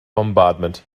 bombardment